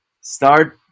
start